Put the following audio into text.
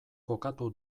kokatu